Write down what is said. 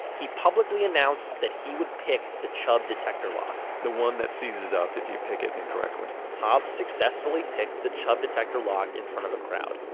he publicly announced that he would pick the chubb detector lock the one that seizes up if you pick it incorrectly hobbs successfully picked the chubb detector lock in front of a crowd.